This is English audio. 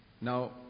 Now